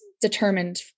determined